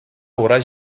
ура